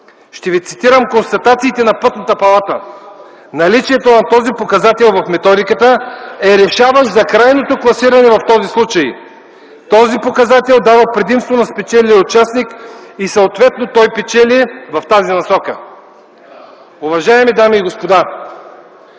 Ще ви цитирам констатациите на Сметната палата: „Наличието на този показател в методиката е решаващ за крайното класиране в този случай. Този показател дава предимство на спечелилия участник и съответно той печели в тази насока”. Уважаеми дами и господа,